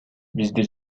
бизди